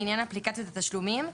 לעניין אפליקציית התשלומים,